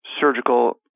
surgical